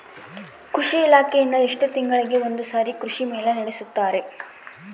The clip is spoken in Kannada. ಕೃಷಿ ಇಲಾಖೆಯಿಂದ ಎಷ್ಟು ತಿಂಗಳಿಗೆ ಒಂದುಸಾರಿ ಕೃಷಿ ಮೇಳ ನಡೆಸುತ್ತಾರೆ?